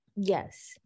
yes